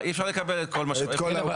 היושב-ראש